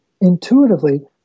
Intuitively